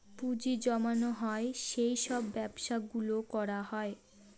পুঁজি জমানো হয় সেই সব ব্যবসা গুলো করা হয়